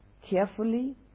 carefully